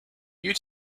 you